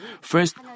First